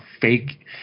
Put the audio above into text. fake